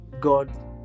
God